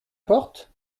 porte